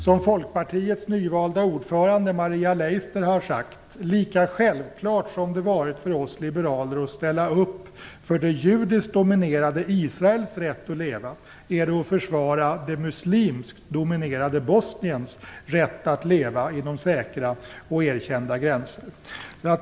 Som Folkpartiets nyvalda ordförande Maria Leissner har sagt: Lika självklart som det har varit för oss liberaler att ställa upp för det judiskt dominerade Israels rätt att leva är det att försvara det muslimskt dominerade Bosniens rätt att leva inom säkra och erkända gränser.